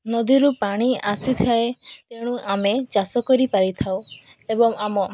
ନଦୀରୁ ପାଣି ଆସିଥାଏ ତେଣୁ ଆମେ ଚାଷ କରିପାରିଥାଉ ଏବଂ ଆମ